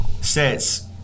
sets